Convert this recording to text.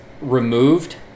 removed